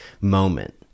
moment